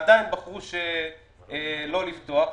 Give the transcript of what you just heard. עדיין בחרו לא לפתוח את בתי המלון.